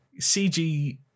CG